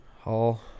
Hall